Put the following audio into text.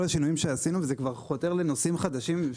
השינויים שעשינו וזה כבר חותר לנושאים חדשים.